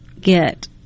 get